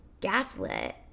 gaslit